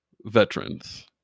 veterans